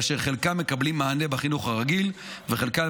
כאשר חלקם מקבלים מענה בחינוך הרגיל וחלקם